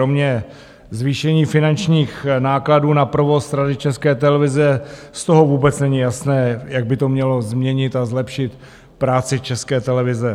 Kromě zvýšení finančních nákladů na provoz Rady České televize z toho vůbec není jasné, jak by to mělo změnit a zlepšit práci České televize.